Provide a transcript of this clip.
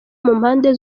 mpande